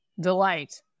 delight